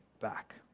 back